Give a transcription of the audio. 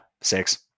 six